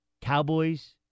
Cowboys